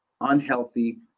unhealthy